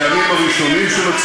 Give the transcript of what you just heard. מי היועצים שלך שאתה מגיע למסקנה הזו,